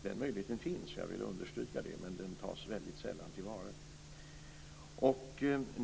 Den möjligheten finns - jag vill understryka det - men den tas väldigt sällan till vara.